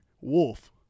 Wolf